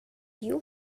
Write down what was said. you